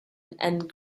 and